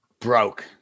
broke